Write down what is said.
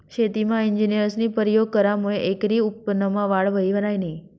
शेतीमा इंजिनियरस्नी परयोग करामुये एकरी उत्पन्नमा वाढ व्हयी ह्रायनी